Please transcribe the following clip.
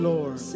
Lord